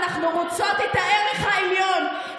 ואנחנו רוצות את הערך העליון,